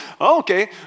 Okay